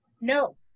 no